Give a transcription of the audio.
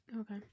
okay